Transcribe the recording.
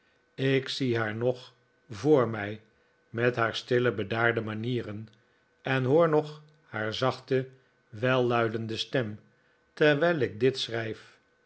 ik zie haar nog voor mij met haar stille bedaarde manieren en hoor nog haar zachte welluidende stem terwijl ik dit schrijf